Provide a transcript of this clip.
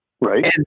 Right